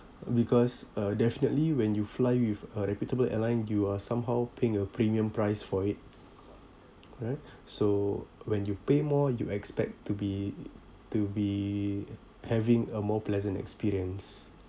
because uh definitely when you fly with a reputable airline you are somehow paying a premium price for it right so when you pay more you expect to be to be having a more pleasant experience